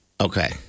Okay